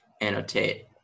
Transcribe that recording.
annotate